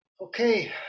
Okay